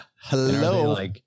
Hello